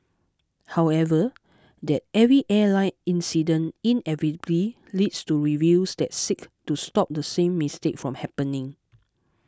however that every airline incident inevitably leads to reviews that seek to stop the same mistake from happening